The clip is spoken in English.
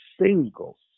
single